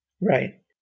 Right